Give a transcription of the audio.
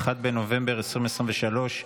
1 בנובמבר 2023,